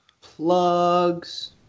plugs